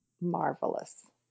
marvelous